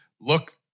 look